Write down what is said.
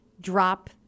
drop